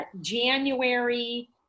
January